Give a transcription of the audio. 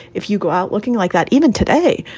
if you go out looking like that, even today,